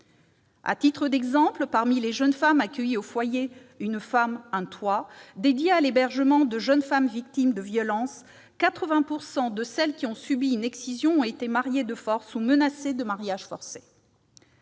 À titre d'exemple, parmi les jeunes femmes accueillies au foyer « Une femme, un toit » dédié à l'hébergement de jeunes femmes victimes de violences, 80 % de celles qui ont subi une excision ont été mariées de force ou menacées de mariage forcé.